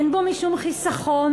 אין בו משום חיסכון,